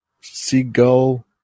Seagull